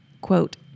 quote